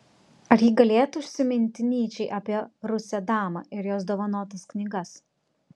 ar ji galėtų užsiminti nyčei apie rusę damą ir jos dovanotas knygas